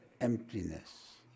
emptiness